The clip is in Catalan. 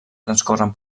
transcorren